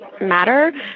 matter